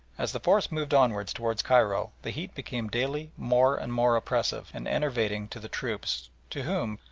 as the force moved onwards towards cairo the heat became daily more and more oppressive and enervating to the troops, to whom,